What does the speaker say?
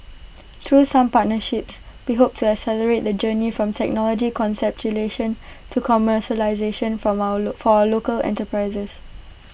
through some partnerships we hope to accelerate the journey from technology conceptualisation to commercialisation from our local for our local enterprises